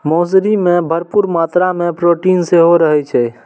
मौसरी मे भरपूर मात्रा मे प्रोटीन सेहो रहै छै